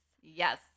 yes